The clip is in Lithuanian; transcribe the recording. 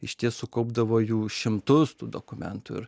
išties sukaupdavo jų šimtus tų dokumentų ir